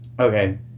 Okay